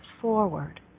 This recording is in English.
forward